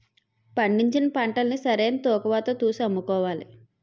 పండించిన పంటల్ని సరైన తూకవతో తూసి అమ్ముకోవాలి